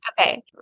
Okay